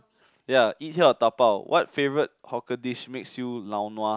ya eat here or dabao what favorite hawker dish makes you lao nua